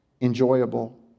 enjoyable